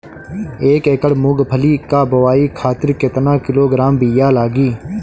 एक एकड़ मूंगफली क बोआई खातिर केतना किलोग्राम बीया लागी?